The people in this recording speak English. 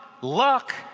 luck